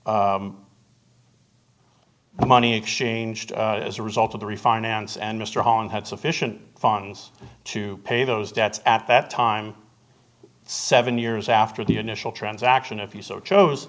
was the money exchanged as a result of the refinance and mr holland had sufficient funds to pay those debts at that time seven years after the initial transaction if you so chose